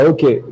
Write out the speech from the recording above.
Okay